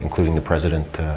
including the president,